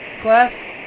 class